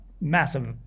massive